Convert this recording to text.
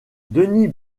denis